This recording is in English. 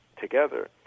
together